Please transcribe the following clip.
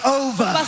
over